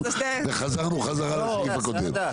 וחזרנו חזרה לסעיף הקודם.